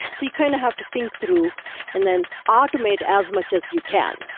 so you kind of have to think through and then automate as much as you can.